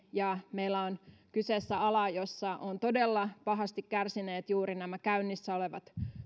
ja meillä on kyseessä ala jossa ovat todella pahasti kärsineet juuri käynnissä olevat